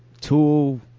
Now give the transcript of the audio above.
Tool